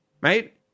right